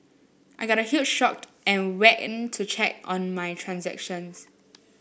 I got a huge shocked and went to check on my transactions